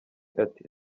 ati